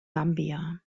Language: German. gambia